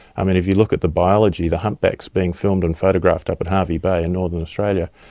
um and if you look at the biology, the humpbacks being filmed and photographs up at harvey bay in northern australia,